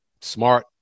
smart